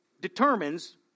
determines